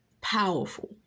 powerful